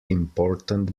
important